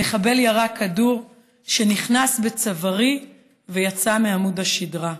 המחבל ירה כדור שנכנס בצווארי ויצא מעמוד השדרה,